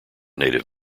native